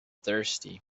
thirsty